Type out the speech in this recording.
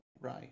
Right